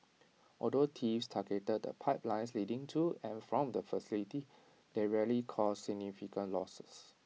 although thieves targeted the pipelines leading to and from the facility they rarely caused significant losses